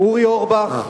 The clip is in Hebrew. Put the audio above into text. אורי אורבך,